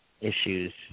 issues